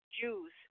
Jews